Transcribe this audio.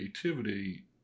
creativity